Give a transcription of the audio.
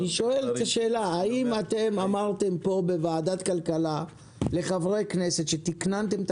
האם אמרתם בוועדת הכלכלה לחברי הכנסת כאשר תיקננתם את